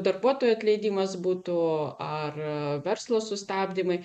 darbuotojų atleidimas būtų ar verslo sustabdymai